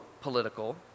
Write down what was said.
political